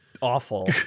awful